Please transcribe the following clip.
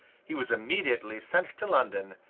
he was immediately sent to london,